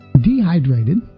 dehydrated